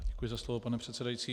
Děkuji za slovo, pane předsedající.